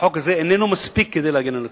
החוק הזה איננו מספיק כדי להגן על הציבור.